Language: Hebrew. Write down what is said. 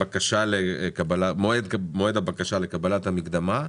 לגבי מועד הבקשה לקבלת המקדמה.